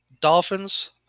Dolphins